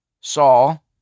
Saul